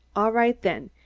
all right then,